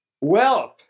wealth